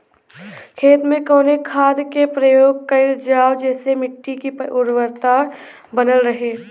खेत में कवने खाद्य के प्रयोग कइल जाव जेसे मिट्टी के उर्वरता बनल रहे?